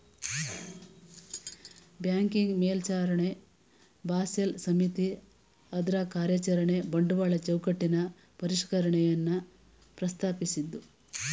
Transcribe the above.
banking ಮೇಲ್ವಿಚಾರಣೆ Basel ಸಮಿತಿ ಅದ್ರಕಾರ್ಯಚರಣೆ ಬಂಡವಾಳ ಚೌಕಟ್ಟಿನ ಪರಿಷ್ಕರಣೆಯನ್ನ ಪ್ರಸ್ತಾಪಿಸಿದ್ದ್ರು